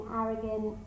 arrogant